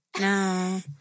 No